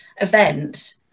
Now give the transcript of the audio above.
event